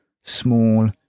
small